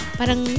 parang